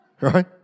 Right